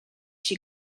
she